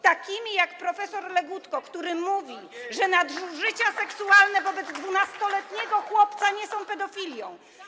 takimi jak prof. Legutko, który mówi, że nadużycia seksualne wobec 12-letniego chłopca nie są pedofilią.